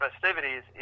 festivities